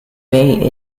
bay